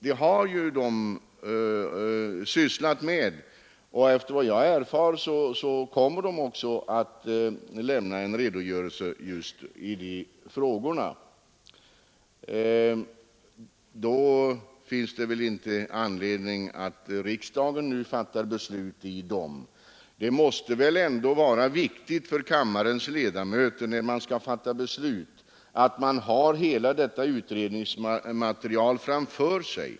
Den har sysslat med de problemen, och efter vad jag erfarit kommer den också att lämna en redogörelse just i de frågorna. Då finns det väl ingen anledning att riksdagen nu fattar beslut därvidlag. Det måste ändå vara viktigt för kammarens ledamöter, när de skall fatta beslut, att ha hela utredningsmaterialet framför sig.